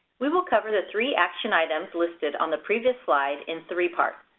we will cover the three action items listed on the previous slide in three parts.